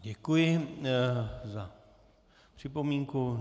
Děkuji za připomínku.